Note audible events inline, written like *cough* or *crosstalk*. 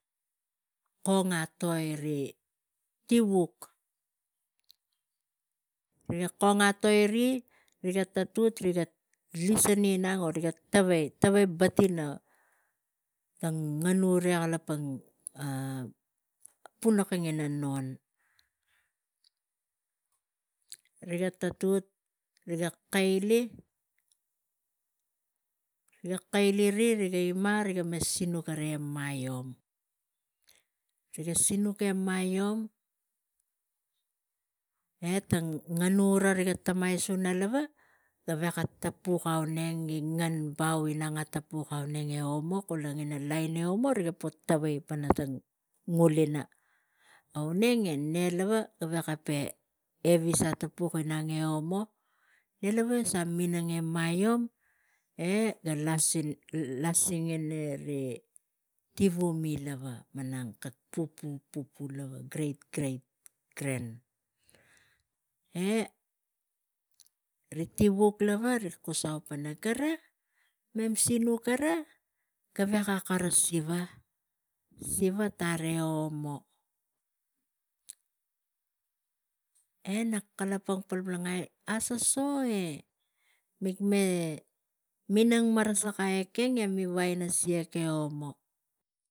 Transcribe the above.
Riga kung ngai toi rik tivuk riga kung ngai toi rik e riga puk, rik pisan inang, rik tavai tang ngen. Riga kalapang *hesitation* punaki kara tang non. Riga tatut riga kail, riga kail i riga me sinuk e maiom. Riga sinuk e maiom e tang tivura riga tamaira gaveko tapuk ai gi ngen ina non e omo i omo riga potavai tang ulina auneng e gara gaveko evis atapuk inang e gara gaveko evis atapuk inang e omo ne lava ga minang e maiom e ga lasing a mem ri tivumi palang kak pupu kak great, great grand, e ri tivuk lava gi kusai pana gara mem sinuk gara gaveka kara siva, siva tara e omo. E nak kalapang polongoni asoso e mig me minang marasakai ekeng, mik siak e omo.